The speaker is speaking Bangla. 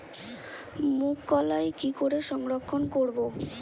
মুঘ কলাই কি করে সংরক্ষণ করব?